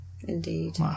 indeed